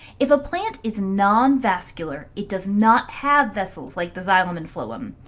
if a plant is nonvascular, it does not have vessels like the xylem and phloem.